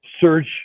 search